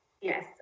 yes